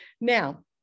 Now